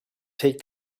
take